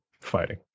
fighting